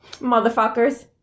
motherfuckers